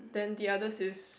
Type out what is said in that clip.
then the others is